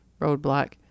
roadblock